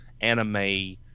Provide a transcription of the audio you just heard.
anime